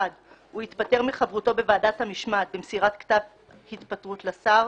הוא התפטר מחברותו בוועדת המשמעת במסירת כתב התפטרות לשר,